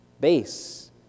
base